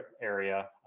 area